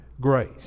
grace